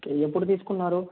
ఎప్పుడు తీసుకున్నారు